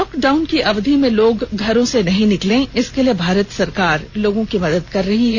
lockdown की अवधि में लोग घरों से नहीं निकले इसके लिए भारत सरकार मदद कर रही है